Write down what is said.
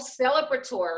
celebratory